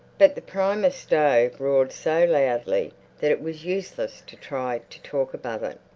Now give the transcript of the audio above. but the primus stove roared so loudly that it was useless to try to talk above it.